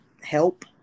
help